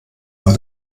war